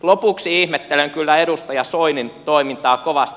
lopuksi ihmettelen kyllä edustaja soinin toimintaa kovasti